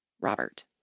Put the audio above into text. Robert